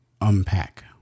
unpack